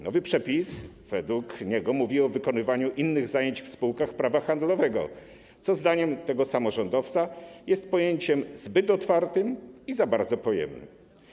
Nowy przepis mówi według niego o wykonywaniu innych zajęć w spółkach prawa handlowego, co zdaniem tego samorządowca jest pojęciem zbyt otwartym i za bardzo pojemnym.